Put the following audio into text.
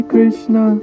Krishna